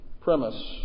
premise